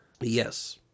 Yes